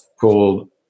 called